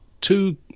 two